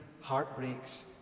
heartbreaks